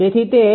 તેથી તે −0